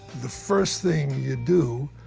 the first thing you do,